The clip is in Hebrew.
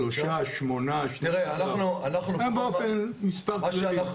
שלושה, שמונה, שנים עשר?